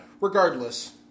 regardless